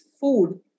food